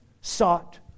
sought